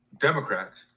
Democrats